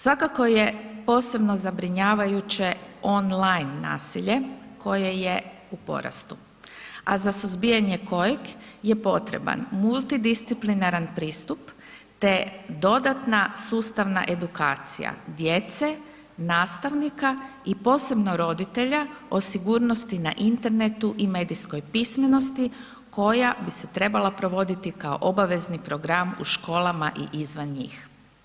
Svakako je posebno zabrinjavajuće online nasilje koje je u porastu a za suzbijanje kojeg je potreban multidisciplinaran pristup te dodatna sustavna edukacija djece, nastavnika i posebno roditelja o sigurnosti na internetu i medijskoj pismenosti koja bi se trebala provoditi kao obavezni program u školama i izvan njih.